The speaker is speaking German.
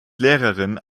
lehrerin